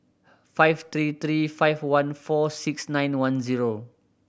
five three three five one four six nine one zero